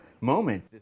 moment